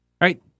right